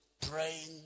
praying